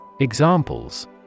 Examples